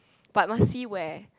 but must see where